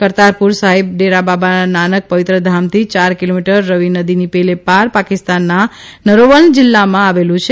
કરતારપુર સાહિબ ડેરા બાબા નાનક પવિત્ર ધામથી યાર કિલોમીટર રાવિ નદીની પેલે પાર પાકિસ્તાનના નરોવંલ જીલ્લામાં આવેલું છે